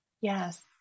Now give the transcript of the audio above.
Yes